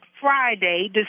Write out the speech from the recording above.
friday